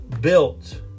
built